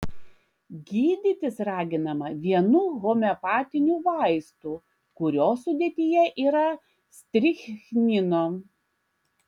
gydytis raginama vienu homeopatiniu vaistu kurio sudėtyje yra strichnino